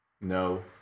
No